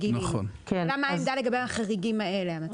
זאת גם העמדה לגבי החריגים האלה.